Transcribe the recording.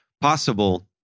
possible